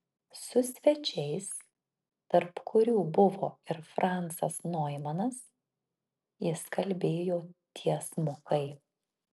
su svečiais tarp kurių buvo ir francas noimanas jis kalbėjo tiesmukai